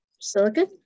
Silicon